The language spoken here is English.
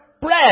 Bread